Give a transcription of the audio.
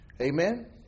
Amen